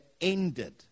ended